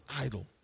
idol